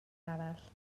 arall